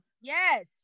Yes